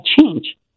change